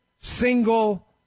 single